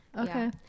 okay